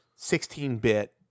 16-bit